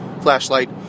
flashlight